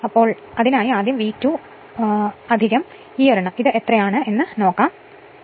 അതിനാൽ ഇത് ആദ്യം V2 ആക്കും ഇത് എത്രയാണെന്ന് ഇത് കണ്ടെത്തും